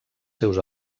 seus